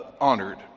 honored